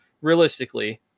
realistically